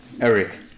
Eric